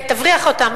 תבריח אותם,